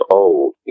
old